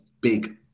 big